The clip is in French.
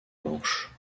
manche